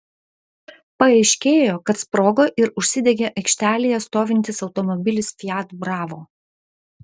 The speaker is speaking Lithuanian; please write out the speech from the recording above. paaiškėjo kad sprogo ir užsidegė aikštelėje stovintis automobilis fiat bravo